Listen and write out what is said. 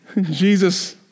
Jesus